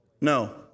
No